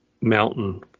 mountain